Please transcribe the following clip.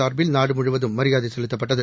சார்பில் நாடுமுழுவதும் மரியாதைசெலுத்தப்பட்டது